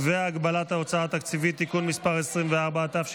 והגבלת ההוצאה התקציבית (תיקון מס' 24),